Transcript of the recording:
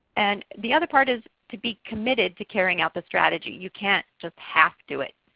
and the other part is to be committed to carrying out the strategy. you can't just half do it.